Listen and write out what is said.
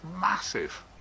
massive